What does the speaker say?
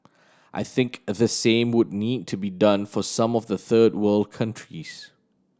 I think the same would need to be done for some of the third world countries